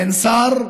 אין שר,